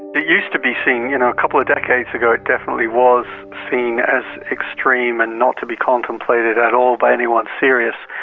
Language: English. it used to be seen, you know, a couple of decades ago it definitely was seen as extreme and not to be contemplated at all by anyone serious,